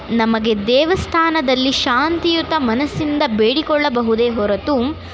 ನಮಗೆ ದೇವಸ್ಥಾನದಲ್ಲಿ ಶಾಂತಿಯುತ ಮನಸ್ಸಿಂದ ಬೇಡಿಕೊಳ್ಳಬಹುದೇ ಹೊರತು